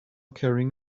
carrying